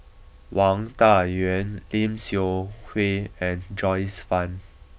Wang Dayuan Lim Seok Hui and Joyce Fan